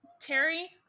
Terry